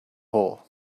hole